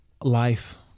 Life